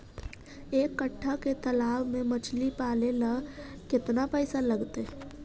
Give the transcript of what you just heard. एक कट्ठा के तालाब में मछली पाले ल केतना पैसा लगतै?